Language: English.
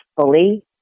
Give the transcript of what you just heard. fully